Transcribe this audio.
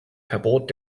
verbot